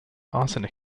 arsenic